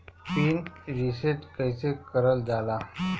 Pin reset कईसे करल जाला?